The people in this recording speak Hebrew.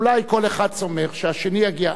אולי כל אחד סומך על השני שיגיע.